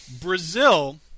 Brazil